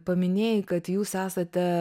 paminėjai kad jūs esate